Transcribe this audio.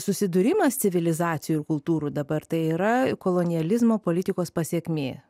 susidūrimas civilizacijų ir kultūrų dabar tai yra kolonializmo politikos pasekmė